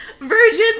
virgins